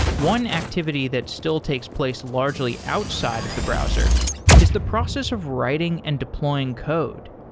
one activity that still takes place largely outside of the browser is the process of writing and deploying code.